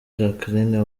jacqueline